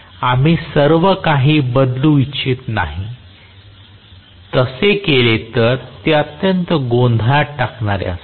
आम्ही सर्वकाही बदलू इच्छित नाही तसे केले तर ते अत्यंत गोंधळात टाकणारे असेल